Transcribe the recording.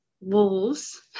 wolves